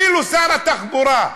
שר התחבורה,